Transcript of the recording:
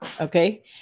Okay